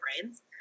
brains